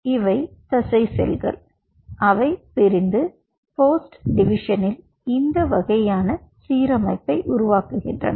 எனவே இவை தசை செல்கள் அவை பிரிந்து போஸ்ட் டிவிஷனில் இந்த வகையான சீரமைப்பை உருவாக்குகின்றன